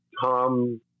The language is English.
Tom